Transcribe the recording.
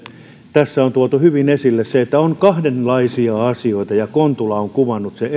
tässä on tuotu hyvin esille se että on kahdenlaisia asioita ja edustaja kontula on kuvannut sen